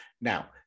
Now